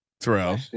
Terrell